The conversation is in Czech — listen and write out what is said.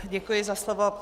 Děkuji za slovo.